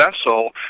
vessel